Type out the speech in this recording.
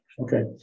Okay